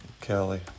Kelly